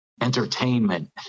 entertainment